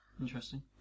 Interesting